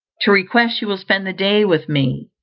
to request you will spend the day with me.